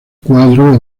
cuadros